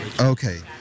Okay